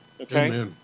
okay